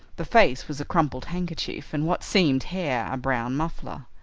the face was a crumpled handkerchief, and what seemed hair a brown muffler.